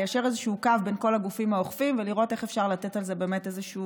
ליישר קו בין כל הגופים האוכפים ולראות איך אפשר לתת על זה זרקור